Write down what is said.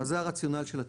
אז זה הרציונל של התיקון.